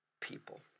people